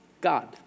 God